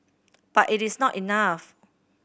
but it is not enough